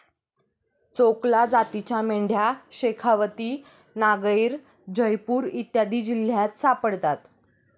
चोकला जातीच्या मेंढ्या शेखावती, नागैर, जयपूर इत्यादी जिल्ह्यांत सापडतात